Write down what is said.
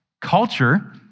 culture